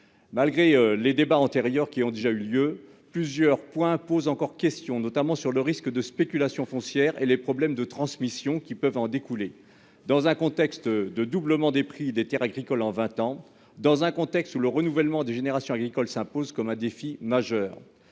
malgré les débats antérieurs qui ont déjà eu lieu plusieurs points posent encore question notamment sur le risque de spéculation foncière et les problèmes de transmission qui peuvent en découler, dans un contexte de doublement des prix des Terres agricoles en 20 ans dans un contexte où le renouvellement des générations agricole s'impose comme un défi majeur,